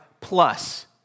plus